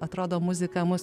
atrodo muzika mus